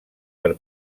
per